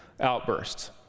outbursts